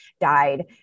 died